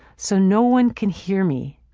so no one can hear me.